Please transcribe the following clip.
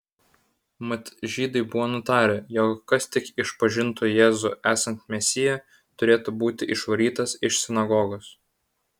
mat žydai buvo nutarę jog kas tik išpažintų jėzų esant mesiją turėtų būti išvarytas iš sinagogos